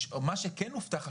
מה שכן הובטח,